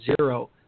zero